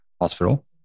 Hospital